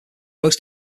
most